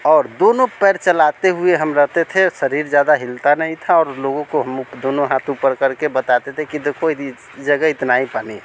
और दोनों पैर चलाते हुए हम रहते थे शरीर ज़्यादा हिलता नहीं था और लोगों को हम दोनों हाथ ऊपर करके हम बताते थे कि इस जगह इतना ही पानी है